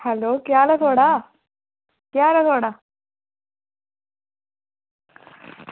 hello केह् हाल ऐ थोआढ़ा केह् हाल ऐ थोआढ़ा